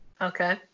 Okay